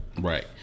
Right